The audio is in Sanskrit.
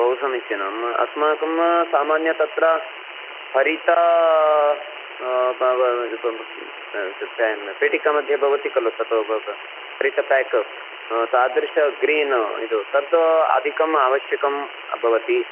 बहु समीचीनम् अस्माकं सामान्यं तत्र हरित पेटिका मध्ये भवति खलु तत् हरित पेक् तादृश ग्रीन् इदं तत् अधिकम् आवश्यकं भवति